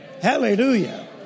Hallelujah